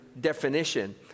definition